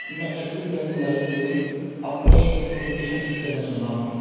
ਮੈਂ Axis Bank ਲਾਇਮ 'ਤੇ ਆਪਣੇ ਨੋਟੀਫਿਕੇਸ਼ਨ ਠੀਕ ਕਰਨਾ ਚਾਹੁੰਦਾ ਹਾਂ